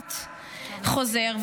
המושחת חוזר,